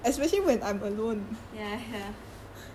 that's why I say when you fight you cannot bring it out